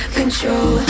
control